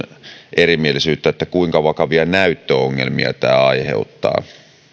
erimielisyyttä kuinka vakavia näyttöongelmia tämä aiheuttaa